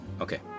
Okay